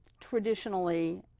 traditionally